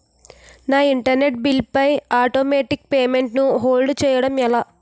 నా internet bill పై automatic payment ను హోల్డ్ చేయటం ఎలా?